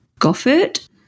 Goffert